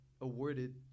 awarded